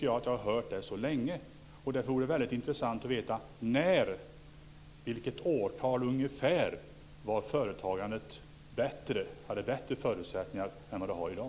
Jag har hört det så länge att det vore väldigt intressant att få veta ungefär vilket år företagandet har haft bättre förutsättningar än vad det har i dag.